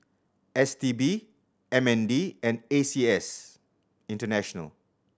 S T B M N D and A C S International